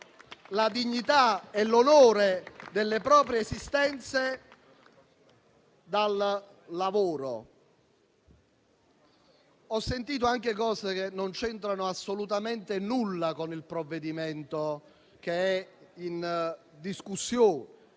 la dignità e l'onore delle proprie esistenze dal lavoro. Ho sentito anche questioni che non c'entrano assolutamente nulla con il provvedimento in discussione.